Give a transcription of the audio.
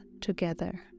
together